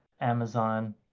Amazon